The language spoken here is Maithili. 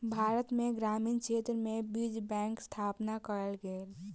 भारत में ग्रामीण क्षेत्र में बीज बैंकक स्थापना कयल गेल